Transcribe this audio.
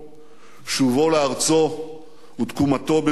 שובו לארצו ותקומתו במדינתו.